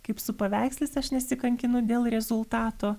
kaip su paveikslais aš nesikankinu dėl rezultato